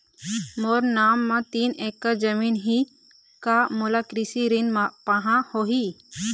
मोर नाम म तीन एकड़ जमीन ही का मोला कृषि ऋण पाहां होही?